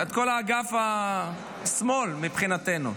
כל אגף השמאל, מבחינתנו.